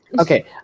Okay